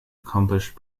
accomplished